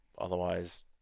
otherwise